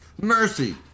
Mercy